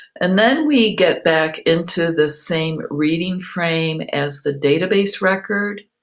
and then we get back into the same reading frame as the database record,